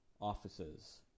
offices